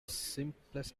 simplest